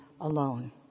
alone